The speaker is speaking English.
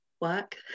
work